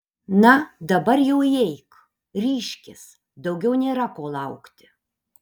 na dabar jau įeik ryžkis daugiau nėra ko laukti